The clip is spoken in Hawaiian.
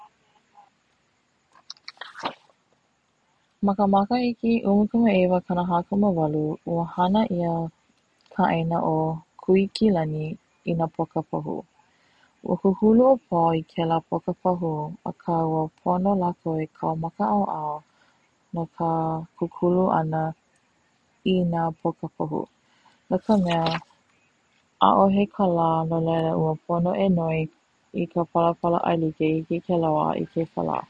Ma ka makahiki ʻumikumaiwa kanahakumalima ua hana ia ka ʻaina o kuikilani ina poka pahu ua kukulu o paul i kela poka pahu aka ua pono lakou e kau ma ka ʻaoʻao no ka kukulu ana ina poka pahu no ka mea ʻaʻohe kala no Laila ua pono e noi i ka palapala ʻaelike i hiki ke loaʻa ke kala.